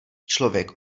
člověk